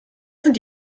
sind